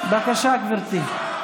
בבקשה, גברתי.